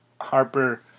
Harper